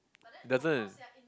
doesn't